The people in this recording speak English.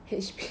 h